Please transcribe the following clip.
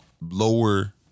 lower